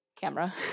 Camera